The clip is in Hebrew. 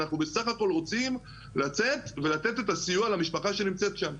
אנחנו בסך הכול רוצים לצאת ולתת את הסיוע למשפחה שנמצאת שם.